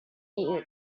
eat